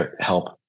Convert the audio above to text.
help